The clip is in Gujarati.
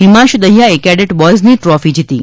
હિમાંશ દહિયાએ કેડેટ બોયઝની ટ્રોફી જીતી હતી